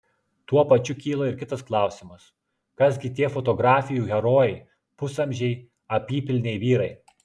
tuo pačiu kyla ir kitas klausimas kas gi tie fotografijų herojai pusamžiai apypilniai vyrai